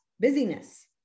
busyness